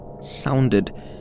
sounded